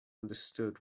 understood